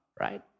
Right